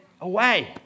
away